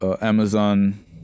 Amazon